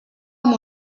amb